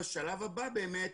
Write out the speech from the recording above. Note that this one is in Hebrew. בשלב הבא באמת,